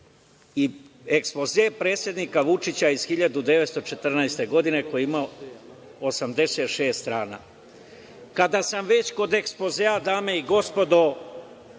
i ekspoze predsednika Vučića iz 1914. godine koji je imao 86 strana. Kada sam već kod ekspozea, dame i gospodo,